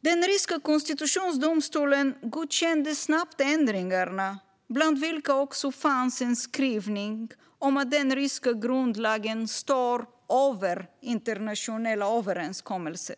Den ryska konstitutionsdomstolen godkände snabbt ändringarna, bland vilka också fanns en skrivning om att den ryska grundlagen står över internationella överenskommelser.